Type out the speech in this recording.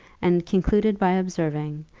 and concluded by observing,